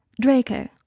Draco